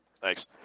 Thanks